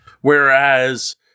whereas